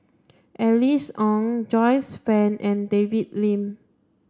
Alice Ong Joyce Fan and David Lim